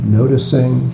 noticing